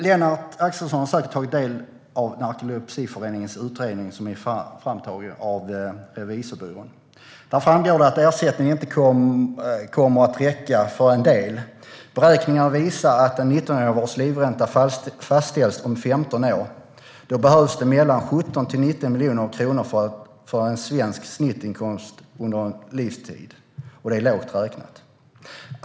Lennart Axelsson har säkert tagit del av Narkolepsiföreningens utredning, som är framtagen av revisionsbyrån PWC. Där framgår det att ersättningen inte kommer att räcka för en del. Beräkningen visar att en 19-åring vars livränta fastställs om 15 år behöver mellan 17 och 19 miljoner kronor för att få en svensk snittinkomst under sin livstid - och det är lågt räknat.